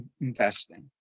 investing